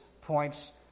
points